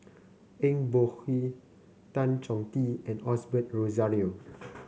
Eng Boh Kee Tan Chong Tee and Osbert Rozario